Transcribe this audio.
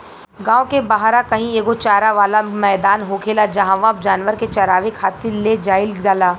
गांव के बाहरा कही एगो चारा वाला मैदान होखेला जाहवा जानवर के चारावे खातिर ले जाईल जाला